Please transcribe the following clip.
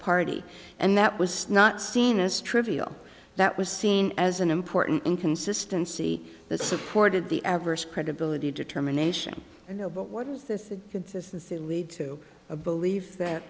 party and that was not seen as trivial that was seen as an important inconsistency that supported the adverse credibility determination you know but what does this consistency lead to a belief that